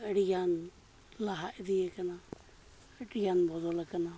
ᱟᱹᱰᱤᱜᱟᱱ ᱞᱟᱦᱟ ᱤᱫᱤᱭᱟᱠᱟᱱᱟ ᱟᱹᱰᱤᱜᱟᱱ ᱵᱚᱫᱚᱞ ᱠᱟᱱᱟ